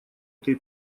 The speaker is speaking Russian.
этой